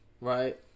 Right